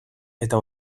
eta